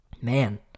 Man